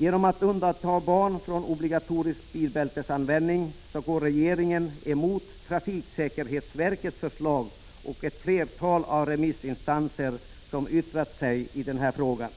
Genom att undanta barn från bestämmelsen om obligatorisk bilbältesanvändning går regeringen emot trafiksäkerhetsverkets förslag och ett flertal av de remissinstanser som har yttrat sig i frågan.